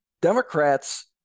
Democrats